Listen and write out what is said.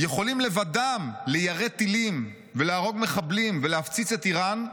יכולים לבדם ליירט טילים ולהרוג מחבלים ולהפציץ את איראן,